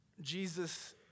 Jesus